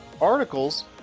articles